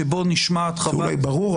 שבו נשמעת חוות-דעת -- אולי ברור,